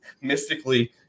mystically